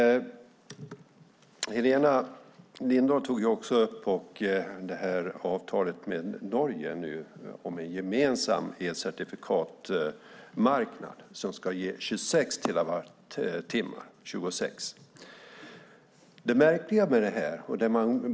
Helena Lindahl tog upp avtalet med Norge om en gemensam elcertifikatsmarknad som ska ge 26 terawattimmar.